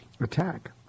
attack